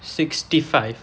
sixty five